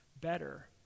better